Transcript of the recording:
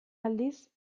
aldiz